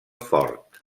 fort